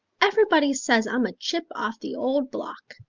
everybody says i'm a chip off the old block,